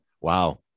wow